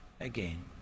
again